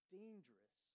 dangerous